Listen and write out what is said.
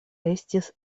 estis